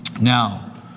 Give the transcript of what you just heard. Now